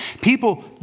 People